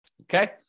okay